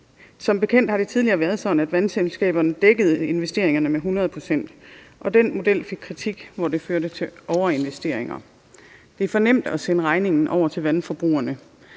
Som bekendt har det tidligere været sådan, at vandselskaberne dækkede investeringerne med 100 pct., og den model fik kritik, for den førte til overinvesteringer. Det er for nemt at sende regningen over til vandforbrugerne.